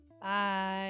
Bye